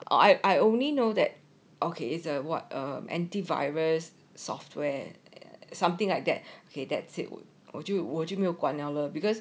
I I only know that okay so what um anti-virus software or something like that okay that's it would 我就我就没有管了 because